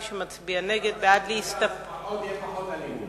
מי שמצביע נגד, בעד, תהיה פחות אלימות.